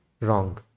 wrong